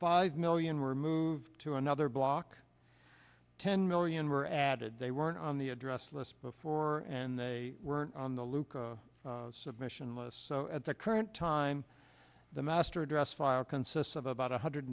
five million were moved to another block ten million were added they weren't on the address list before and they were on the lucca submission less so at the current time the master address file consists of about one hundred